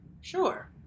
Sure